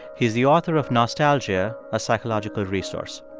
he's the author of nostalgia a psychological resource.